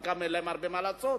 לחלקם אין הרבה מה לעשות,